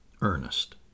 Ernest